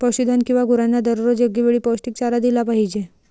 पशुधन किंवा गुरांना दररोज योग्य वेळी पौष्टिक चारा दिला पाहिजे